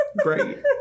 Great